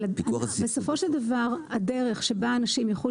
אבל בסופו של דבר הדרך שבה אנשים יוכלו